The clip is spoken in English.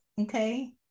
okay